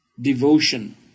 devotion